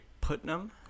Putnam